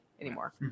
anymore